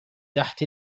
تحت